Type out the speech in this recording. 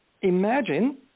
imagine